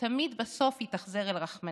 תמיד בסוף יתאכזר אל הרחמנים.